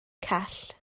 call